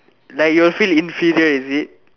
like you will feel inferior is it